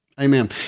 Amen